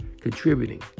contributing